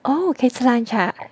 oh 可以吃 lunch ah